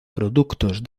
productos